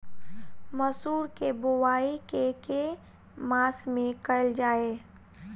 मसूर केँ बोवाई केँ के मास मे कैल जाए?